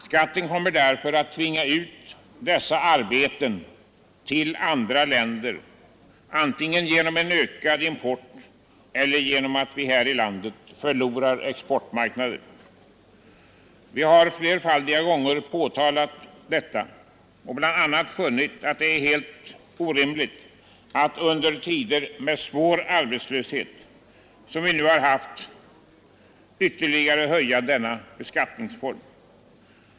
Skatten kommer därför att tvinga ut deras arbeten till andra länder, och resultatet blir antingen ökad import eller att vi här i landet förlorar exportmarknader. Vi har flerfaldiga gånger påtalat detta och bl.a. understrukit att det är helt orimligt att under tider med svår arbetslöshet, som vi nu har haft, ytterligare höja denna beskattning.